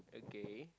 okay